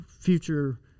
future